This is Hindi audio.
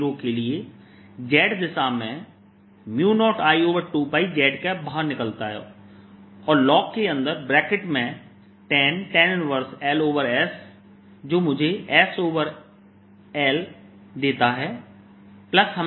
0 tan 1Ls और इसलिए Asz0 के लिए z दिशा में 0I2πz बाहर निकलता है और लॉग के अंदर ब्रैकेट मेंtan tan Ls जो मुझे sL देता है प्लस हमें मिलता है1L2s2